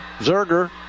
Zerger